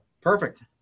Perfect